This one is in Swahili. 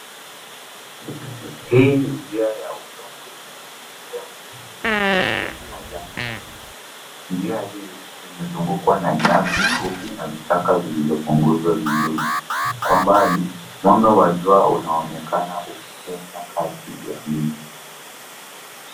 Hii ni njia ya udongo unayopitia msitu wenye majani mabichi. Njia hii imezungukwa na nyasi fupi na vichaka vilivyopunguzwa vizuri. Kwa mbali, mwanga wa jua unaonekana ukipenya kati ya miti.